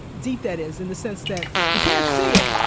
deep that is in the sense that we can't see it,